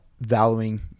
valuing